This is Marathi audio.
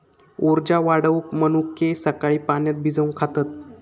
उर्जा वाढवूक मनुके सकाळी पाण्यात भिजवून खातत